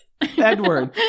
Edward